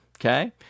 okay